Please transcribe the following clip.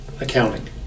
accounting